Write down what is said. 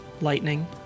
lightning